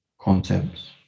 concepts